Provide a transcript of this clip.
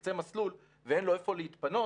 בקצה מסלול ואין לו איפה להתפנות,